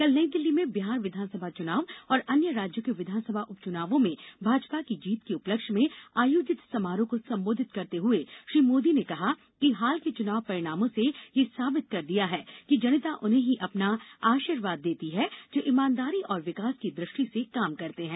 कल नई दिल्ली में बिहार विधानसभा चुनाव और अन्य राज्यों के विधानसभा उप चुनावों में भाजपा की जीत के उपलक्ष्य में आयोजित समारोह को संबोधित करते हए श्री मोदी ने कहा की हाल के चुनाव परिणामों ने यह साबित कर दिया है कि जनता उन्हें ही अपना आशीर्वाद देती है जो ईमानदारी और विकास की द्र ष्टि से काम करते हैं